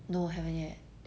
no haven't yet